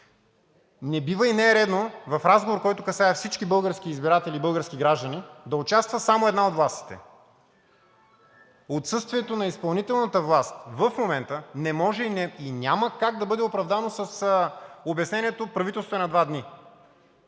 Не бива и не е редно в разговор, който касае всички български избиратели и български граждани, да участва само една от властите. Отсъствието на изпълнителната власт в момента не може и няма как да бъде оправдано с обяснението: правителството е на два дни.